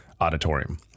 auditorium